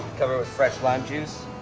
cover it with fresh lime juice.